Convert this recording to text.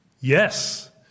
Yes